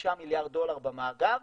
כחמישה מיליארד דולר במאגר,